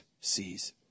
sees